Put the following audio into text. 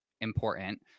important